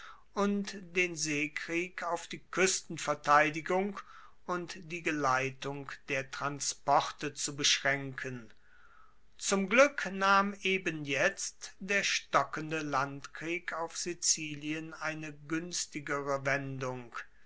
und den seekrieg auf die kuestenverteidigung und die geleitung der transporte zu beschraenken zum glueck nahm eben jetzt der stockende landkrieg auf sizilien eine guenstigere wendung